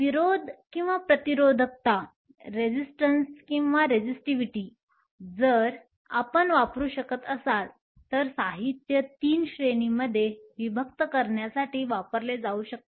विरोध किंवा प्रतिरोधकता जर आपण वापरू शकत असाल तर साहित्य 3 श्रेणींमध्ये विभक्त करण्यासाठी वापरले जाऊ शकते